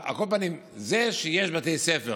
על כל פנים, זה שיש בתי ספר